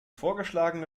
vorgeschlagene